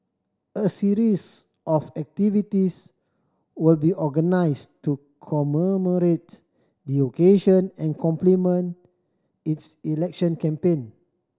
a series of activities will be organised to commemorate the occasion and complement its election campaign